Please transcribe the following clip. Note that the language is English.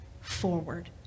forward